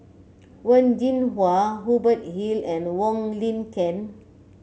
Wen Jinhua Hubert Hill and Wong Lin Ken